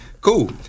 Cool